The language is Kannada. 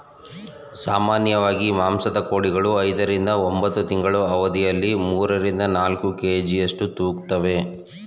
ಸಾಮಾನ್ಯವಾಗಿ ಮಾಂಸದ ಕೋಳಿಗಳು ಐದರಿಂದ ಒಂಬತ್ತು ತಿಂಗಳ ಅವಧಿಯಲ್ಲಿ ಮೂರರಿಂದ ನಾಲ್ಕು ಕೆ.ಜಿಯಷ್ಟು ತೂಗುತ್ತುವೆ